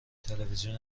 تلویزیون